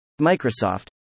Microsoft